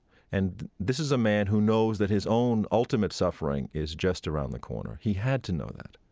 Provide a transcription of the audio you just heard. and this is a man who knows that his own ultimate suffering is just around the corner. he had to know that.